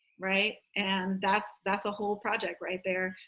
right. and that's that's a whole project right there.